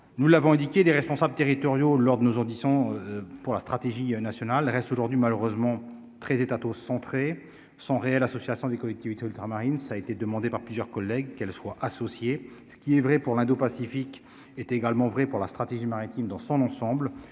nous l'avons indiqué des responsables territoriaux lors de nos auditions pour la stratégie nationale reste aujourd'hui malheureusement 13 États tôt centré sont réel associations des collectivités ultramarines, ça a été demandée par plusieurs collègues, qu'elles soient, ce qui est vrai pour l'indo-Pacifique est également vrai pour la stratégie maritime dans son ensemble,